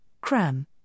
CRAM